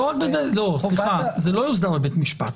זה לא יוסדר בבית משפט.